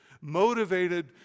motivated